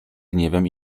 gniewem